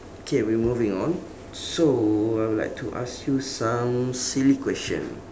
okay we moving on so I will like to ask you some silly question